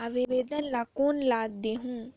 आवेदन ला कोन ला देहुं?